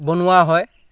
বনোৱা হয়